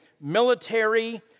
military